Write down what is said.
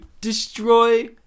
destroy